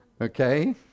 Okay